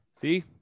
See